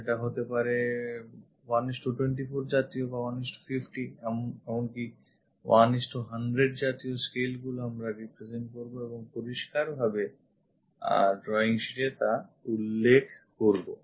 সেটা হতে পারে 124 জাতীয় scale 150 1100 জাতীয় scale গুলি আমরা represent করবো এবং পরিষ্কারভাবে drawing sheet এ তা উল্লেখ করবো